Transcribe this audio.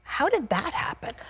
how did that happen?